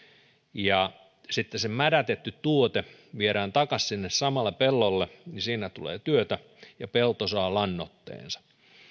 ja sitten se mädätetty tuote viedään takaisin sinne samalle pellolle niin siinä tulee työtä ja pelto saa lannoitteensa